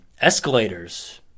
Escalators